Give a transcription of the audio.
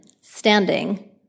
standing